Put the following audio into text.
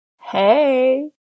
Hey